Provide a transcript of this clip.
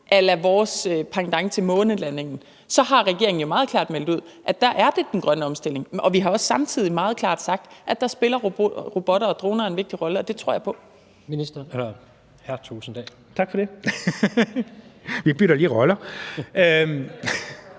a la vores pendant til månelandingen, har regeringen jo meget klart meldt ud, at der er det den grønne omstilling. Vi har også samtidig meget klart sagt, at der spiller robotter og droner en vigtig rolle, og det tror jeg på. Kl. 16:35 Tredje næstformand (Jens Rohde): Hr.